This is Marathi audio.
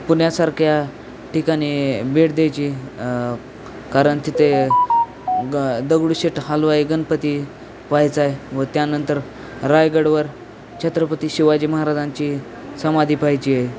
पुण्यासारख्या ठिकाणी भेट द्यायची कारण तिथे ग दगडूशेठ हलवाई गणपती पाहायचा आहे व त्यानंतर रायगडवर छत्रपती शिवाजी महाराजांची समाधी पाहायची आहे